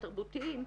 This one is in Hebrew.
התרבותיים,